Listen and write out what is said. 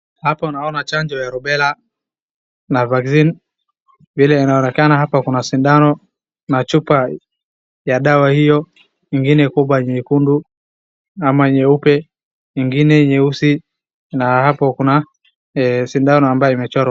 Hapa naoana chanjo ya Rubela na veccine .Vile inaonekana ahapa kuna sindano na chupa ya dawa hiyo. Ingine kubwa nyekundu ama nyeupe ingine nyeusi na hapo kuna sindano ambayo imechorwa.